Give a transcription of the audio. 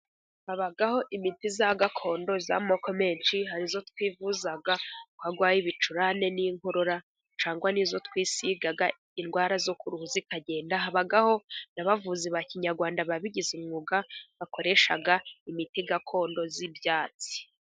Habaho imiti ya gakondo y'amoko menshi, hari iyo twivuza twarwaye ibicurane n'inkorora cyangwa niyo twisiga indwara zo ku ruhu zikagenda, habaho n'abavuzi ba kinyarwanda babigize umwuga bakoresha imiti gakondo y'ibyatsi.